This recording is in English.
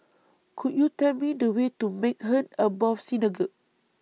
Could YOU Tell Me The Way to Maghain Aboth Synagogue